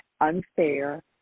unfair